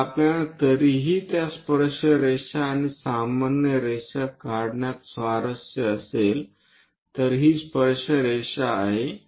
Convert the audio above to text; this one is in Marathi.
जर आपल्याला तरीही त्या स्पर्शरेषा आणि सामान्य रेषा काढण्यात स्वारस्य असेल तर ही स्पर्शरेषा आहे